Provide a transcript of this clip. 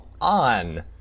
on